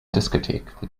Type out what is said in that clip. discotheque